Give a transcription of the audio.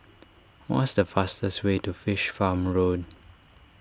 what's the fastest way to Fish Farm Road